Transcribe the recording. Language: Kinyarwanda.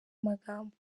magambo